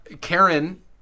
Karen